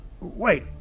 wait